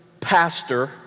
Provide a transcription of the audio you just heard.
pastor